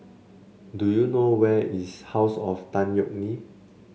do you know where is house of Tan Yeok Nee